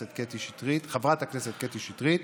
חברת הכנסת קטי שטרית,